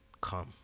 come